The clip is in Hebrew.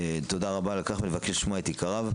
תודה רבה על כך, אני מבקש לשמוע את עיקריו.